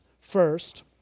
first